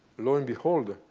lo and behold,